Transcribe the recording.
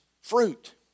fruit